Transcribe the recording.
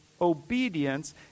obedience